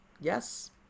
Yes